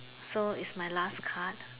so it's my last card